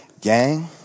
Gang